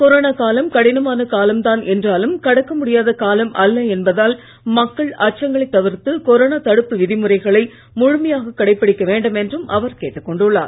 corona காலம் கடினமான காலம் தான் என்றாலும் கடக்க முடியாத காலம் அல்ல என்பதால் மக்கள் அச்சங்களை தவிர்த்து கொரோனா தடுப்பு விதிமுறைகளை முழுமையாக கடைபிடிக்க வேண்டும் என்றும் அவர் கேட்டுக் கொண்டுள்ளார்